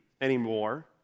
anymore